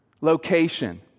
location